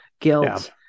guilt